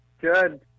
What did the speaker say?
Good